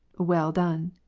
well done!